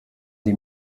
die